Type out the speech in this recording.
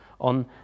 on